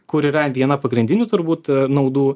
kur yra viena pagrindinių turbūt naudų